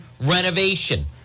renovation